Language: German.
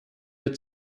der